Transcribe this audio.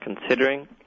considering